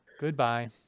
Goodbye